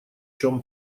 чём